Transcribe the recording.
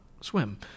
swim